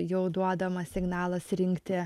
jau duodamas signalas rinkti